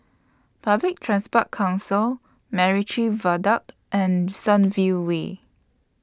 Public Transport Council Macritchie Viaduct and Sunview Way